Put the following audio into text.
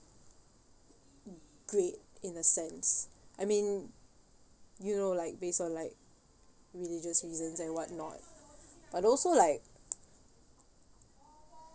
great in a sense I mean you know like based on like religious reasons and whatnot but also like